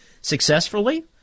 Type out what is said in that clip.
successfully